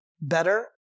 better